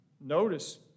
Notice